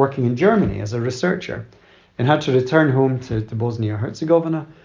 working in germany as a researcher and had to return home to the bosnia-herzegovina.